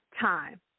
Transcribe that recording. time